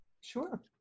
Sure